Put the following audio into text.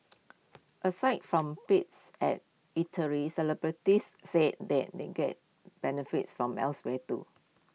aside from perks at eateries celebrities say that they get benefits from elsewhere too